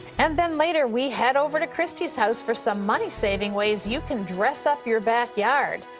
and then later, we head over to kristi's house for some money saving ways you can dress up your backyard.